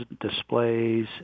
displays